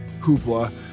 hoopla